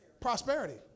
prosperity